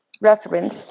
reference